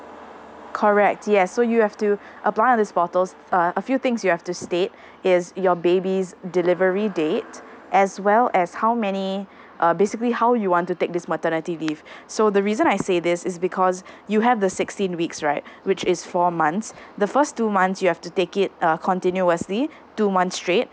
correct yes so you have to apply on this portal uh a few things you have to state is your baby's delivery date as well as how many uh basically how you want to take this maternity leave so the reason I say this is because you have the sixteen weeks right which is four months the first two months you have to take it uh continuously two months straight